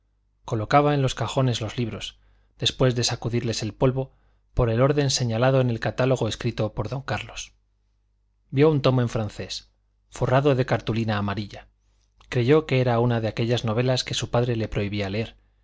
colocaba en los cajones los libros después de sacudirles el polvo por el orden señalado en el catálogo escrito por don carlos vio un tomo en francés forrado de cartulina amarilla creyó que era una de aquellas novelas que su padre le prohibía leer